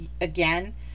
again